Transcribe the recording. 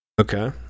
Okay